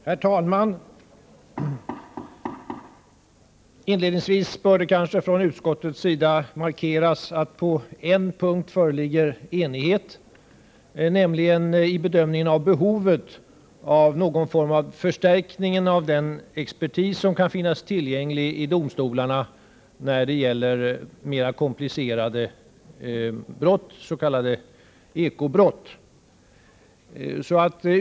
Herr talman! Inledningsvis bör det kanske från utskottets sida markeras att det på en punkt föreligger enighet, nämligen i bedömningen av behovet av någon form av förstärkning av den expertis som kan finnas tillgänglig i domstolarna när det gäller mera komplicerade brott, s.k. ekobrott.